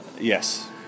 Yes